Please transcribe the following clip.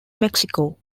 mexico